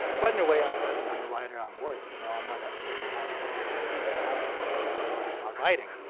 but in a way i'm present i'm the writer and um words. you know, i'm not a really handsome, you can see. that's how you go close the door and start writing.